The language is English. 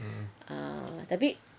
ah tapi